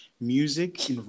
Music